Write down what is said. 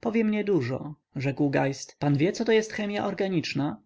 powiem niedużo rzekł geist pan wie coto jest chemia organiczna